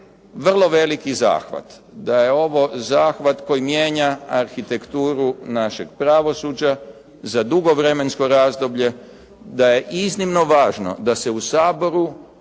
vrlo veliki zahvat. Da je ovo zahvat koji mijenja arhitekturu našeg pravosuđa za dugo vremensko razdoblje, da je iznimno važno da se u Saboru